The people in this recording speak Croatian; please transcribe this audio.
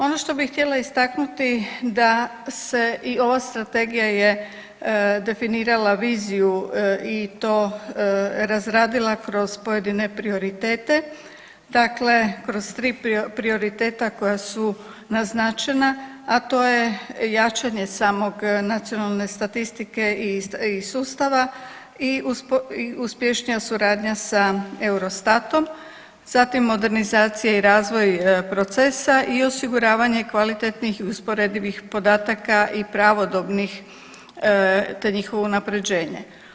Ono što bih htjela istaknuti da se i ova strategija je definirala viziju i to razradila kroz pojedine prioritete, dakle kroz tri prioriteta koja su naznačena, a to je jačanje samog nacionalne statistike i sustava i uspješnija suradnja sa Eurostatom, zatim modernizacija i razvoj procesa i osiguravanje kvalitetnih i usporedivih podataka i pravodobnih, te njihovo unaprjeđenje.